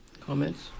Comments